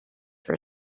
for